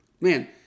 man